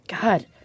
God